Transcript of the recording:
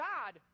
God